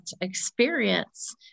experience